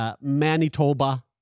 Manitoba